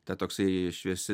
ta toksai šviesi